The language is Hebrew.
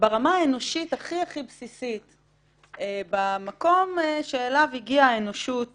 ברמה האנושית הכי-הכי בסיסית במקום שאליו הגיעה האנושות